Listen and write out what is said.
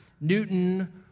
Newton